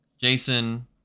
Jason